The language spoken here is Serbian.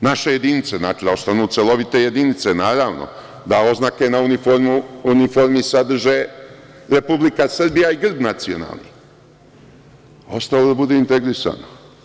Znači, naše jedince da ostanu celovite jedinice, naravno, da oznake na uniformi sadre „Republika Srbija“ i grb nacionalni, a ostalo da bude integrisano.